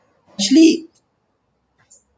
actually